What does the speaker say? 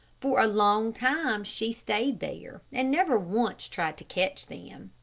for a long time she stayed there, and never once tried to catch them.